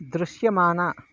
దృశ్యమాన